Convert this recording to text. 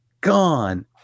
gone